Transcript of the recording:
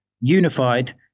Unified